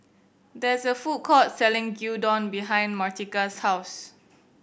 there is a food court selling Gyudon behind Martika's house